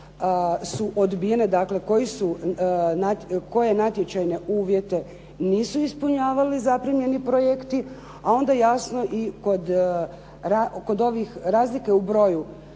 su odbijene. Dakle, koje natječajne uvjete nisu ispunjavali zaprimljeni projekti, a onda jasno i kod ovih razlike u broju